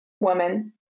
woman